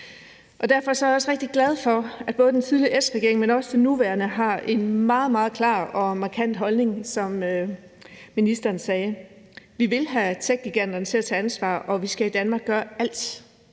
Derfor er jeg også rigtig glad for, at både den tidligere S-regering og også den nuværende har en meget, meget klar og markant holdning, som ministeren sagde. Vi vil have techgiganterne til at tage ansvar, og vi skal i Danmark gøre alt